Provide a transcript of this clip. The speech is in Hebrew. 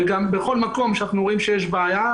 וגם בכל מקום שאנחנו רואים שיש בעיה,